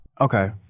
Okay